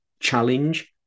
challenge